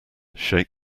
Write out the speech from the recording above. shake